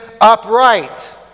upright